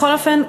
בכל אופן,